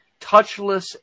touchless